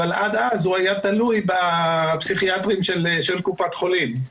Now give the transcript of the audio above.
אבל עד אז הוא היה תלוי בפסיכיאטרים של קופת חולים.